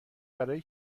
برای